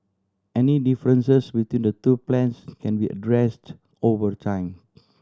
any differences between the two plans can be addressed over time